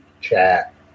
Chat